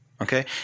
Okay